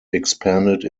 expanded